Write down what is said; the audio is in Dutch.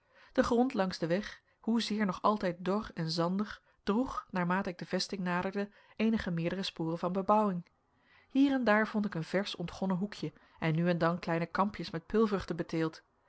de grond langs den weg hoezeer nog altijd dor en zandig droeg naarmate ik de vesting naderde eenige meerdere sporen van bebouwing hier en daar vond ik een versch ontgonnen hoekje en nu en dan kleine kampjes met peulvruchten beteeld